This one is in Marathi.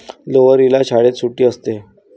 लोहरीला शाळेत सुट्टी असते